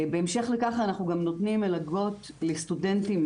בהמשך לכך, אנחנו גם נותנים מלגות לסטודנטים